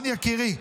קודם